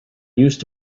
used